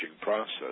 process